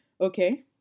Okay